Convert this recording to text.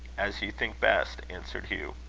as you think best, answered hugh.